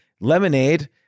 lemonade